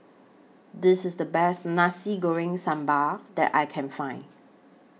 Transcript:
This IS The Best Nasi Goreng Sambal that I Can Find